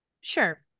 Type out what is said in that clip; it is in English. Sure